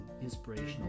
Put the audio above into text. inspirational